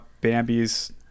Bambi's